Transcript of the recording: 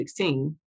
2016